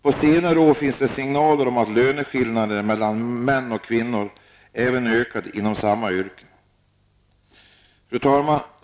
På senare år har det kommit signaler om att löneskillnaderna mellan män och kvinnor även ökat inom samma yrken. Fru talman!